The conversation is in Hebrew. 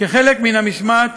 כחלק מן המשמעת